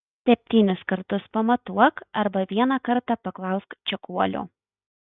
septynis kartus pamatuok arba vieną kartą paklausk čekuolio